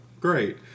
great